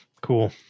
Cool